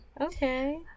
Okay